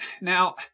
Now